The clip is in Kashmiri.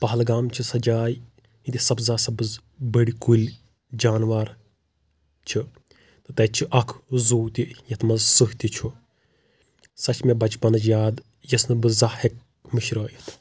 پہلگام چھ سۄ جاے ییٚتہِ سبزا سبٕز بٔڈۍ کُلۍ جانور چھ تہٕ تَتہِ چھ اکھ زوٗ تہِ یتھ منٛز سٕہہ تہِ چھ سۄ چھے مےٚ بچپنٕچ یاد یۄس نہٕ بہٕ زانٛہہ ہیٚکہٕ مَشرأوِتھ